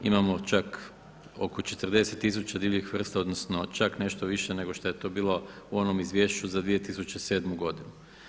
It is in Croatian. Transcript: Imamo čak oko 40000 divljih vrsta, odnosno čak nešto više nego što je to bilo u onom izvješću za 2007. godinu.